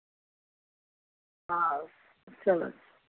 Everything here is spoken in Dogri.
हां चलो